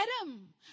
Adam